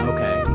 Okay